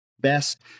best